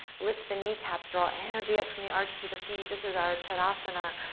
lift the kneecaps. draw energy up from the arches of the feet. this is our tanasana,